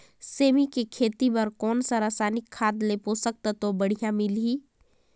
सेमी के खेती बार कोन सा रसायनिक खाद ले पोषक तत्व बढ़िया मिलही?